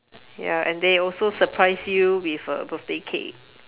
ya and they also surprised you with a birthday cake